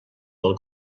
del